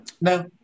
No